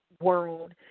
world